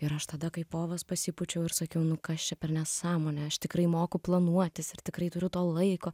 ir aš tada kaip povas pasipūčiau ir sakiau nu kas čia per nesąmonė aš tikrai moku planuotis ir tikrai turiu to laiko